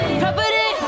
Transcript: property